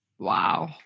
Wow